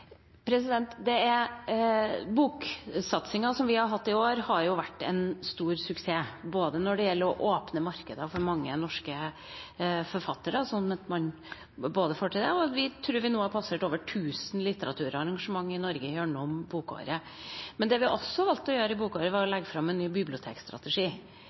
President Trine Skei Grande får ordet. – Nei, statsråd Skei Grande, tenker jeg vi sier! Boksatsingen som vi har hatt i år, har vært en stor suksess når det gjelder å åpne markeder for mange norske forfattere og få til det, og vi tror vi nå har passert over 1 000 litteraturarrangementer i Norge gjennom bokåret. Men det vi også valgte å gjøre i bokåret, var å